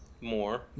more